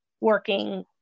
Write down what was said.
working